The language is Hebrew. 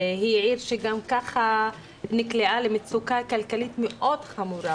שהיא עיר שגם ככה נקלעה למצוקה כלכלית מאוד חמורה